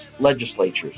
legislatures